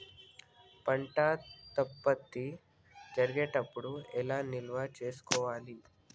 పంట ఉత్పత్తి జరిగేటప్పుడు ఎలా నిల్వ చేసుకోవాలి?